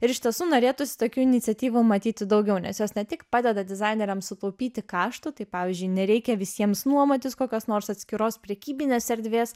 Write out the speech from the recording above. ir iš tiesų norėtųsi tokių iniciatyvų matyti daugiau nes jos ne tik padeda dizaineriams sutaupyti kaštų tai pavyzdžiui nereikia visiems nuomotis kokios nors atskiros prekybinės erdvės